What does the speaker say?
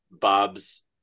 Bob's